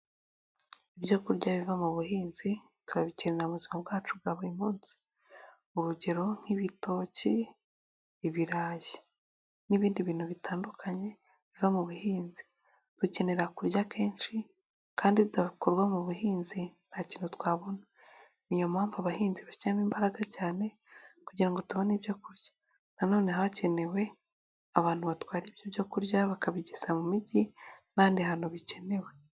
Ibyokurya biva mu buhinzi turabikeneye ubuzima bwacu bwa buri munsi. Urugero nk'ibitoki, ibirayi, n'ibindi bintu bitandukanye biva mu buhinzi. Dukenera kurya kenshi kandi bidakurwa mu buhinzi ntacyo twabona. Niyo mpamvu abahinzi bashyiramo imbaraga cyane kugira ngo tubone ibyokurya. Nanone haba hakenewe abantu batwara ibyo byokurya, bakabigeza mu mijyi n'ahandi hantu bikenewe.